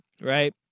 right